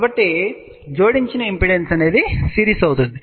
కాబట్టి జోడించిన impedance series అవుతుంది